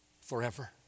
forever